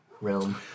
realm